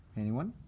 anyone?